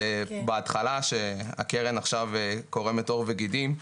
בהתחלה שהקרן עכשיו קורמת עור וגידים,